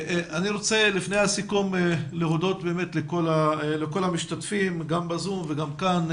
אני רוצה לפני הסיכום להודות באמת לכל המשתתפים גם בזום וגם כאן.